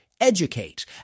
educate